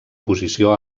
posició